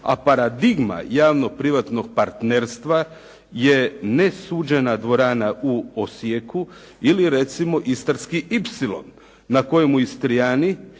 a paradigma javnog privatnog partnerstva je nesuđena dvorana u Osijeku ili recimo istarski y na kojemu Istrijani